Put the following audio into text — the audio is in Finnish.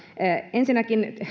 ensinnäkin